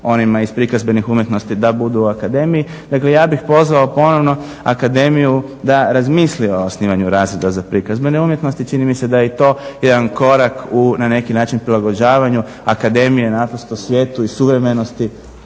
onima iz prikazbenih umjetnosti da budu u akademiji. Nego ja bih pozvao ponovno akademiju da razmisli o osnivanju razreda za prikazbene umjetnosti. Čini mi se da je i to jedan korak u na neki način prilagođavanju akademije svijetu i suvremenosti